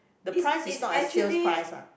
the price is not a sales price ah